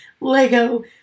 Lego